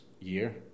year